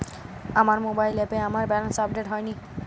আমার মোবাইল অ্যাপে আমার ব্যালেন্স আপডেট হয়নি